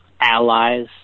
allies